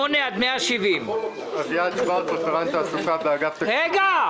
עדאללה ועדיין לא קיבלו תשובה והדרישה שלהם